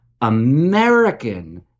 American